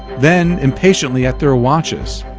then, impatiently, at their watches.